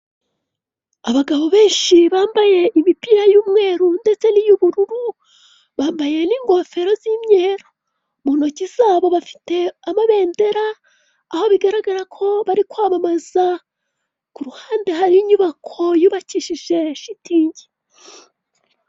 Abagabo benshi bambaye imipira y'umweru ndetse n'iyubururu, bambaye n'ingofero z'imyeru. Mu ntoki zabo bafite amabendera aho bigaragara ko bari kwamamaza. Ku ruhande hari inyubako yubakishije ishitingi.